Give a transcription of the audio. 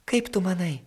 kaip tu manai